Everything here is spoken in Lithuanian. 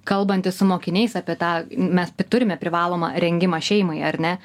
kalbantis su mokiniais apie tą mes turime privalomą rengimą šeimai ar ne